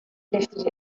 lifted